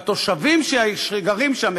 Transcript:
והתושבים שגרים שם,